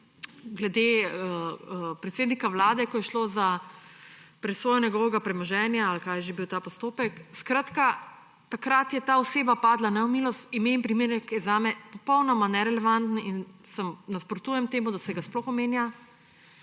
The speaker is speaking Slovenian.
glede predsednika Vlade, ko je šlo za presojo njegovega premoženja ali kaj je že bil ta postopek. Skratka, takrat je ta oseba padla v nemilost. Ime in priimek je zame popolnoma nerelevanten in nasprotujem temu, da se ga sploh omenja.